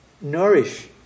nourish